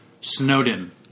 Snowden